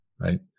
right